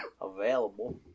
available